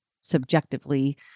subjectively